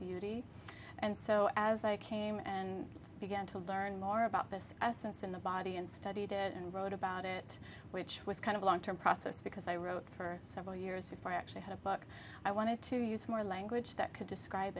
beauty and so as i came and began to learn more about this essence in the body and studied it and wrote about it which was kind of long term process because i wrote for several years before i actually had a book i wanted to use more language that could describe